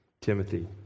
Timothy